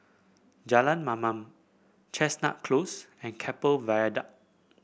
Jalan Mamam Chestnut Close and Keppel Viaduct